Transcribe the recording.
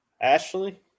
Ashley